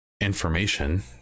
information